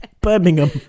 birmingham